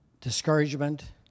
discouragement